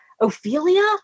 Ophelia